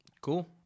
Cool